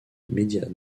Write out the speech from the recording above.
médias